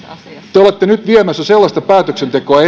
te te olette nyt viemässä eteenpäin sellaista päätöksentekoa